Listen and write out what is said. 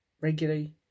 regularly